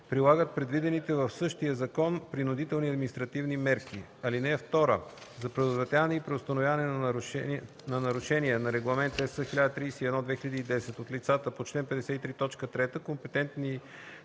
прилагат предвидените в същия закон принудителни административни мерки. (2) За предотвратяване и преустановяване нарушения на Регламент (ЕС) № 1031/2010 от лицата по чл. 53, т. 3 компетентните